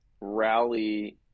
rally